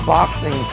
Boxing